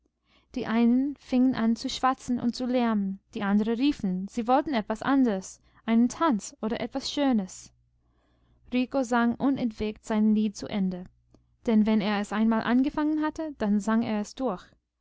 die einen fingen an zu schwatzen und zu lärmen die anderen riefen sie wollten etwas anderes einen tanz oder etwas schönes rico sang unentwegt sein lied zu ende denn wenn er es einmal angefangen hatte dann sang er es durch